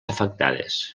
afectades